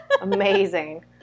Amazing